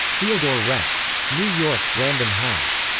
theodore rex. new york random house.